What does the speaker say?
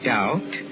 Doubt